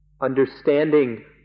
Understanding